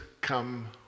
come